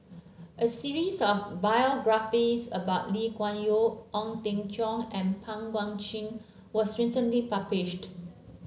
a series of biographies about Lee Kuan Yew Ong Teng Cheong and Pang Guek Cheng was recently published